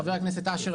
חבר הכנסת אשר,